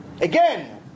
Again